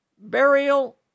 burial